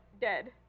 dead